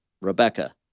Rebecca